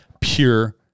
pure